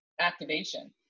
activation